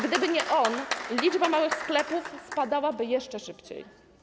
Gdyby nie on liczba małych sklepów spadałaby jeszcze szybciej.